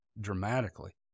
dramatically